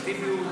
וביבי הוא מה?